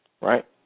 right